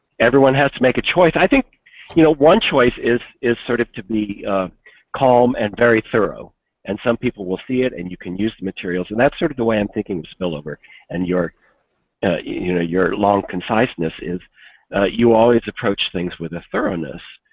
everyone has to make a choice. i think you know one choice is is sort of to be calm and very thorough and some people will see it and you can use materials and that is sort of the way i'm thinking of spillover and your you know your long conciseness, and you always approach things with a thoroughness,